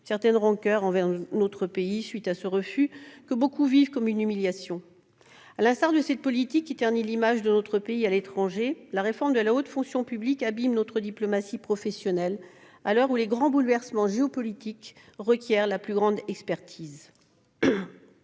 certaine rancoeur envers notre pays, pareils refus étant souvent vécus comme des humiliations. À l'instar de cette politique qui ternit l'image de notre pays à l'étranger, la réforme de la haute fonction publique abîme notre diplomatie professionnelle à l'heure où les grands bouleversements géopolitiques requièrent la plus grande expertise.